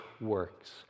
works